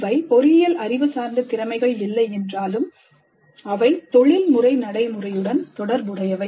இவை பொறியியல் அறிவு சார்ந்த திறமைகள் இல்லை என்றாலும் அவை தொழில்முறை நடைமுறையுடன் தொடர்புடையவை